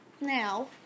now